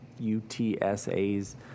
UTSA's